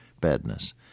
badness